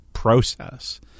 Process